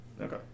Okay